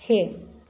छः